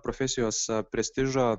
profesijos prestižą